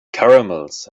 caramels